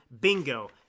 bingo